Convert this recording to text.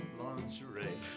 lingerie